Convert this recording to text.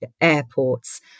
airports